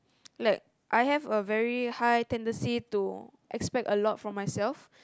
like I have a very high tendency to expect a lot from myself